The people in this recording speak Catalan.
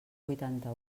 vuitanta